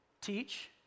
teach